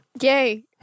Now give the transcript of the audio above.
Yay